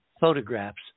photographs